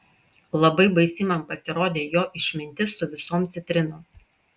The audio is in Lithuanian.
labai baisi man pasirodė jo išmintis su visom citrinom